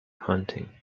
hunting